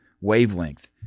wavelength